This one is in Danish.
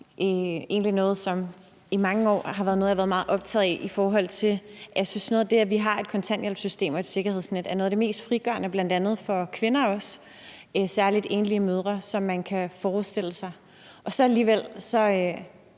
forhold til at jeg synes, at det, at vi har et kontanthjælpssystem og et sikkerhedsnet, er noget af det mest frigørende, bl.a. for kvinder, særlig enlige mødre, som man kan forestille sig.